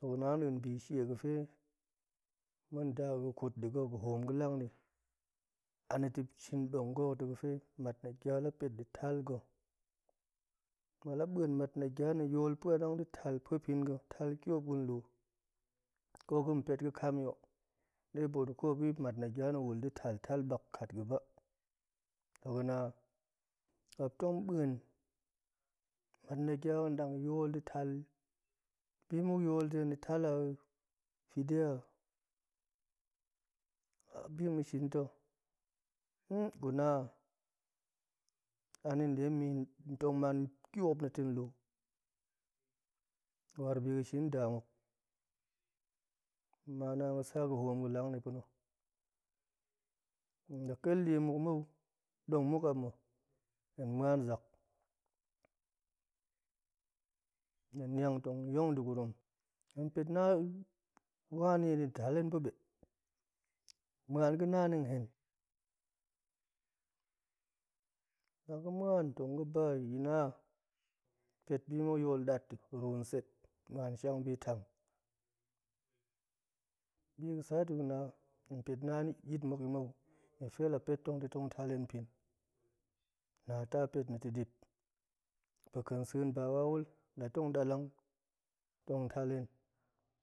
bi she ga̱fe ma̱ nda ga̱ ƙut de ga̱ hoom ga̱ lang ni, anito shin dong ga̱ ga̱fe mat nagya la pet de tal ga̱ ma̱p la buen mat nagya na̱ yol pa̱nang de tal pa̱ pin ga̱ tal tiop ga̱ lu ko ga̱ pet ga̱kami hok de ɓoot de kwal ga̱fe mat nagya na̱ din da̱ taltal bak kat ga̱ba to ga̱na ma̱p tong ɓuen mat nagya a dang yol de tal bi muk yol de ga̱ tal a fide a, a bi ma̱ shin to gu na ni deto mi tong man tiop na̱ to lu war bi ga̱ shin nda muk naan ga̱sa ga̱ hoom ga̱lang di pa̱na̱, hen la ƙa̱l die muk mou dong muk a ma̱ tong muan zak la niang tong yong degurum hen pet na wanina̱ pet de tal hen baɓe muan ga̱ nani hen la ga̱ muan tong ga̱ ba yi na pet bi muk yol dat ƙa̱t ru set muan shang bi tang a bi ga̱sa to hen pet nayit muki mou nie ga̱fe la pet tong de tal hen pin na tapet na̱to dip pa̱ƙa̱nsen ba wawul la tong dalang tong tal hen,